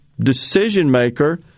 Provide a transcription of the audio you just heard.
decision-maker –